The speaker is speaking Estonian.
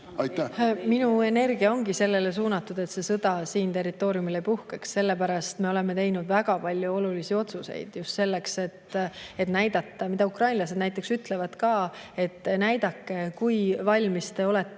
Minu energia ongi suunatud sellele, et sõda siin territooriumil ei puhkeks. Sellepärast me oleme teinud väga palju olulisi otsuseid, just selleks, et näidata … Ukrainlased näiteks ütlevad ka, et näidake, kui valmis te olete